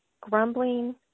grumbling